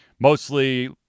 Mostly